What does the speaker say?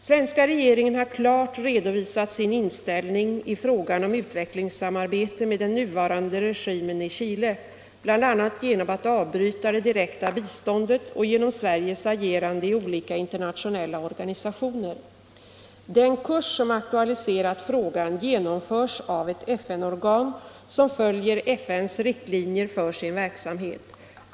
Svenska regeringen har klart redovisat sin inställning i frågan om utvecklingssamarbete med den nuvarande regimen i Chile, bl.a. genom att avbryta det direkta biståndet och genom Sveriges agerande i olika internationella organisationer. Den kurs som aktualiserat frågan genomförs av ett FN-organ som följer FN:s riktlinjer för sin verksamhet.